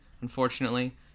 unfortunately